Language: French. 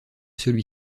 celui